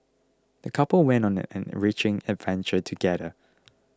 the couple went on an enriching adventure together